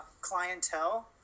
clientele